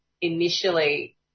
initially